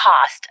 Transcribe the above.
cost